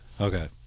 okay